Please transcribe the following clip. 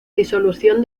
disolución